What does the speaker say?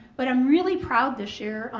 but i'm really proud this year.